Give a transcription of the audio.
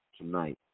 tonight